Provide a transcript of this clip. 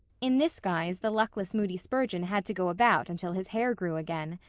in this guise the luckless moody spurgeon had to go about until his hair grew again.